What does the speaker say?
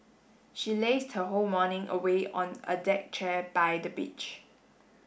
she lazed her whole morning away on a deck chair by the beach